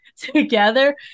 together